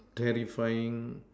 terrifying